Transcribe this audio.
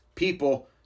people